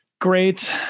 great